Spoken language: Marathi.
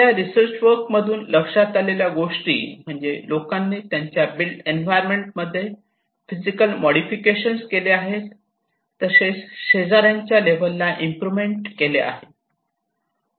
त्या रीसर्च वर्क मधून लक्षात आलेल्या गोष्टी म्हणजे लोकांनी त्यांच्या बिल्ट एन्व्हायरमेंट मध्ये फिजिकल मोडिफिकेशन्स केले आहेत तसेच शेजाऱ्यांच्या लेव्हलला इम्प्रोवमेंट केले आहे